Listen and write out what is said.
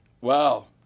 Wow